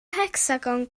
hecsagon